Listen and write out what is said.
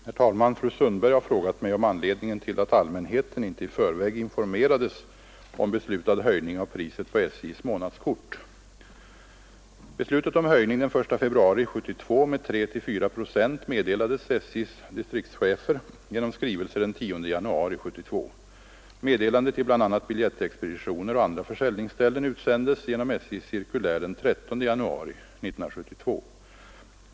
Herr talman! Fru Sundberg har frågat mig om anledningen till att allmänheten inte i förväg informerades om beslutad höjning av priset på SJ:s månadskort. Beslutet om höjning den 1 februari 1972 med 3—4 procent meddelades SJ:s distriktschefer genom skrivelse den 10 januari 1972. Meddelande till bl.a. biljettexpeditioner och andra försäljningsställen utsändes genom SJ:s cirkulär den 13 januari 1972.